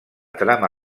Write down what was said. trama